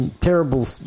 terrible